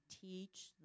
teach